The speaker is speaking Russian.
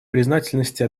признательности